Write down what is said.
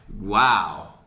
Wow